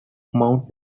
mount